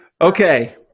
Okay